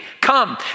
Come